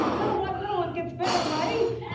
little by little it gets better, right?